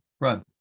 right